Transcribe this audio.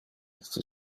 iste